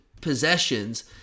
possessions